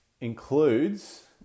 includes